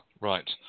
Right